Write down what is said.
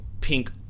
pink